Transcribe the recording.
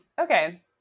Okay